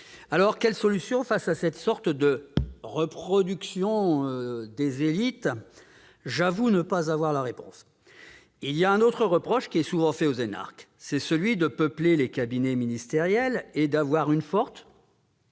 Alors, quelle solution face à cette sorte de « reproduction des élites »? J'avoue ne pas avoir la réponse. Un autre reproche est souvent adressé aux énarques, celui de peupler les cabinets ministériels et d'avoir une forte-